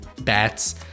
bats